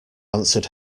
answered